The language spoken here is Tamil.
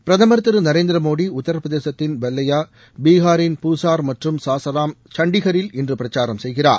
பிரதமர் திரு நரேந்திரமோடி உத்திரபிதேசத்தின் பல்லையா பீஹாரின் பூசார் மற்றும் சாசராம் சண்டிகரில் இன்று பிரச்சாரம் செய்கிறார்